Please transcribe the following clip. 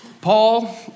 Paul